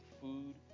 food